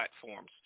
platforms